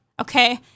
Okay